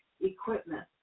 equipment